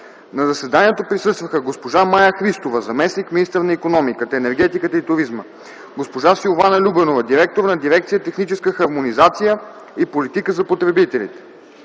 На заседанието присъстваха: госпожа Мая Христова – заместник-министър на икономиката, енергетиката и туризма; госпожа Силвана Любенова – директор на дирекция „Техническа хармонизация и политика на потребителите”;